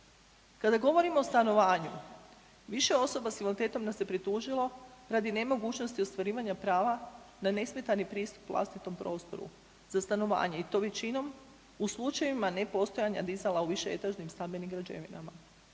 Kada govorimo o stanovanju, više osoba s invaliditetom nam se pritužilo radi nemogućnosti ostvarivanja prava na nesmetani pristup vlastitom prostoru za stanovanje i to većinom u slučajevima nepostojanja dizala u više etažnim stambenim građevinama.